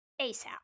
ASAP